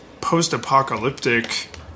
post-apocalyptic